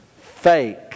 fake